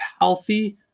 healthy